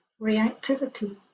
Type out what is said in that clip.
reactivity